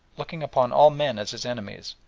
looking upon all men as his enemies,